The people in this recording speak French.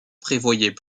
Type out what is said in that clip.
prévoyait